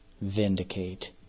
vindicate